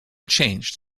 change